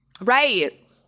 Right